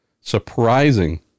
surprising